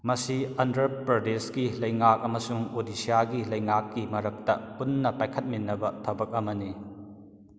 ꯃꯁꯤ ꯑꯟꯗ꯭ꯔ ꯄ꯭ꯔꯗꯦꯁꯀꯤ ꯂꯩꯉꯥꯛ ꯑꯃꯁꯨꯡ ꯑꯣꯗꯤꯁ꯭ꯌꯥꯒꯤ ꯂꯩꯉꯥꯛꯀꯤ ꯃꯔꯛꯇ ꯄꯨꯟꯅ ꯄꯥꯏꯈꯠꯃꯤꯟꯅꯕ ꯊꯕꯛ ꯑꯃꯅꯤ